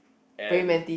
ant